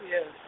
Yes